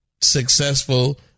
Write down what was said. successful